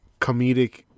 comedic